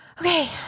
Okay